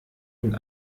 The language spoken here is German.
und